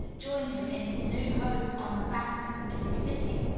joined him in his new home on the banks of the mississippi,